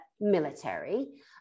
military